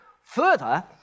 Further